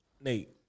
Nate